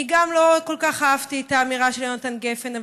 אני גם לא כל כך אהבתי את האמירה של יהונתן גפן,